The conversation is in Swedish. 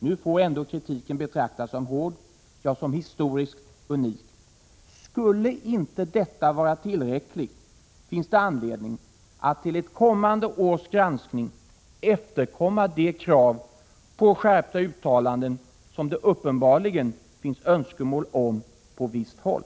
Nu får kritiken ändå betraktas som hård, ja, som historiskt unik. Skulle inte detta vara tillräckligt, finns det anledning att till ett kommande års granskning efterkomma de krav på skärpta uttalanden som det uppenbarligen finns önskemål om på visst håll.